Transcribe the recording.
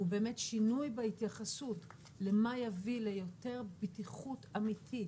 הוא באמת שינוי בהתייחסות למה יביא ליותר פתיחות אמיתית